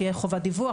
תהיה חובת דיווח,